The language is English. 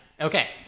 okay